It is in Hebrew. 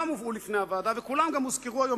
כולם הובאו לפני הוועדה וכולם גם הוזכרו היום,